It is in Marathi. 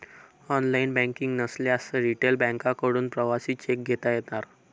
ऑनलाइन बँकिंग नसल्यास रिटेल बँकांकडून प्रवासी चेक घेता येणार